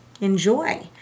enjoy